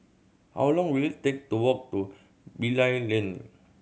how long will it take to walk to Bilal Lane